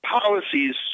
policies –